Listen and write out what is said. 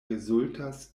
rezultas